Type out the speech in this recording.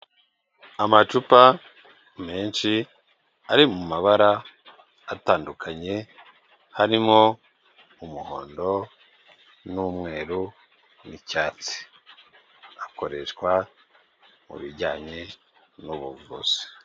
Amacupa menshi ari mu mabara atandukanye, harimo umuhondo, n'umweru, n'icyatsi. Akoreshwa mu bijyanye n'ubuvuzi.